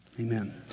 amen